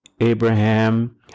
Abraham